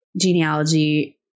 genealogy